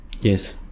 yes